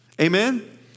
Amen